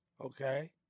okay